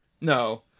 No